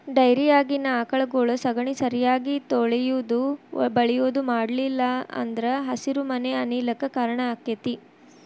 ಡೈರಿಯಾಗಿನ ಆಕಳಗೊಳ ಸಗಣಿ ಸರಿಯಾಗಿ ತೊಳಿಯುದು ಬಳಿಯುದು ಮಾಡ್ಲಿಲ್ಲ ಅಂದ್ರ ಹಸಿರುಮನೆ ಅನಿಲ ಕ್ಕ್ ಕಾರಣ ಆಕ್ಕೆತಿ